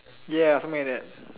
ya something like that